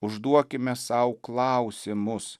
užduokime sau klausimus